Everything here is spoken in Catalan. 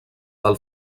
del